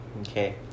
okay